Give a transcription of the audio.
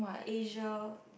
Asia